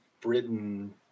Britain